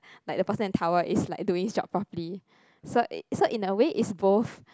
like the person in tower is like doing his job properly so in so in a way it's both